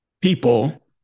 people